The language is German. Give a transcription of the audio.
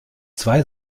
zwei